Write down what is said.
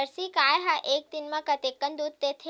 Jersey गाय ह एक दिन म कतेकन दूध देथे?